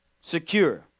secure